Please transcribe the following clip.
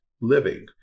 living